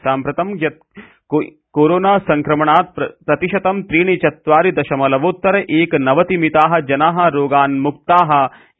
साम्प्रतं यावत् कोरोना सङ्क्रमणात् प्रतिशतं त्रीणि चत्वारि दशमलवोत्तर एकनवतिमिताः जनाः रोगान्मुक्ताः इति